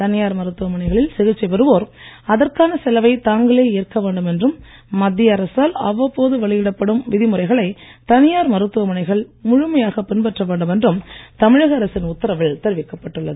தனியார் மருத்துவமனைகளில் சிகிச்சை பெறுவோர் அதற்கான செலவை தாங்களே ஏற்க வேண்டும் என்றும் மத்திய அரசால் அவ்வப்போது வெளியிடப்படும் விதிமுறைகளை தனியார் மருத்துவமனைகள் முழுமையாகப் பின்பற்ற வேண்டும் என்றும் தமிழக அரசின் உத்தரவில் தெரிவிக்கப்பட்டு உள்ளது